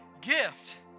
gift